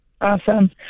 Awesome